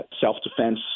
self-defense